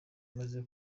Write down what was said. amaze